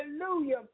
Hallelujah